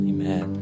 Amen